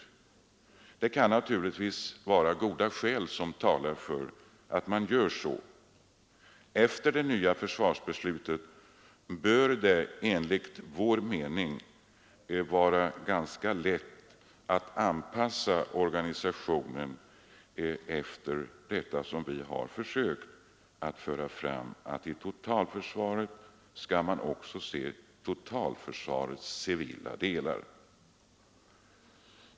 Goda skäl kan naturligtvis tala för att man gör så. Efter det nya försvarsbeslutet bör det enligt vår mening bli lätt att anpassa organisationen efter det som vi försökt föra fram, nämligen att totalförsvaret också skall omfatta totalförsvarets civila delar.